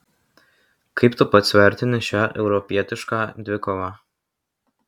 kaip tu pats vertini šią europietišką dvikovą